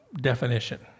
definition